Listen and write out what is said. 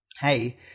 hey